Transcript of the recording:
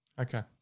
Okay